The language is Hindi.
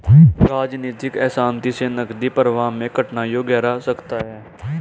राजनीतिक अशांति से नकदी प्रवाह में कठिनाइयाँ गहरा सकता है